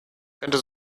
könnte